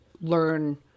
learn